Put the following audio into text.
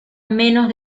menos